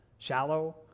Shallow